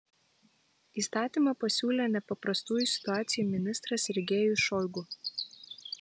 įstatymą pasiūlė nepaprastųjų situacijų ministras sergejus šoigu